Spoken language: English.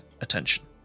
attention